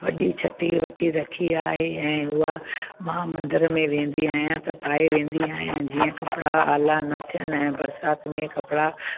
वॾी छटी वठी रखी आहे ऐं उहा मां मंदर में वेंदी आहियां त पाए वेंदी आहियां जीअं कपिड़ा आला न थियनि ऐं बरसाति में कपिड़ा